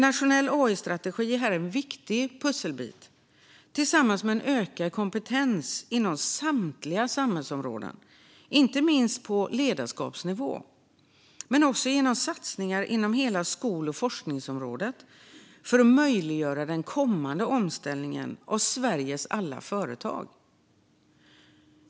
En nationell AI-strategi är här en viktig pusselbit tillsammans med en ökad kompetens inom samtliga samhällsområden, inte minst på ledarskapsnivå men även genom satsningar på hela skol och forskningsområdet för att möjliggöra den kommande omställningen av Sveriges alla företag.